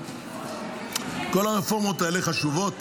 כל הרפורמות האלה חשובות,